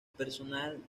personal